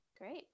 Great